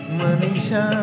manisha